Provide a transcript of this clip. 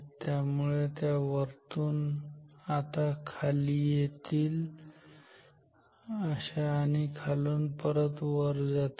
त्यामुळे त्या वरतून आता येतील खाली जातील अशा आणि खालून परत वरती जातील